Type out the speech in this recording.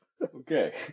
Okay